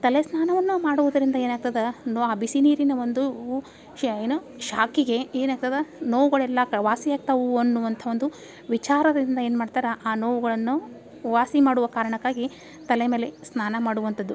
ತಲೆ ಸ್ನಾನವನ್ನು ಮಾಡುವುದರಿಂದ ಏನಾಗ್ತದೆ ನೊ ಆ ಬಿಸಿ ನೀರಿನ ಒಂದೂ ಶೇ ಏನು ಶಾಕಿಗೆ ಏನು ಆಗ್ತದೆ ನೋವುಗಳೆಲ್ಲ ಕ ವಾಸಿ ಆಗ್ತವೂ ಅನ್ನುವಂಥ ಒಂದು ವಿಚಾರದಿಂದ ಏನು ಮಾಡ್ತಾರ ಆ ನೋವುಗಳನ್ನು ವಾಸಿ ಮಾಡುವ ಕಾರಣಕ್ಕಾಗಿ ತಲೆ ಮೇಲೆ ಸ್ನಾನ ಮಾಡುವಂಥದ್ದು